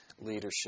leadership